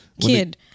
kid